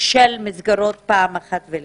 של מסגרות פעם אחת ולתמיד.